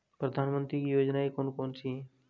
प्रधानमंत्री की योजनाएं कौन कौन सी हैं?